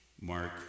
Mark